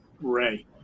Ray